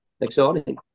exciting